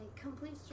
complete